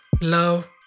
love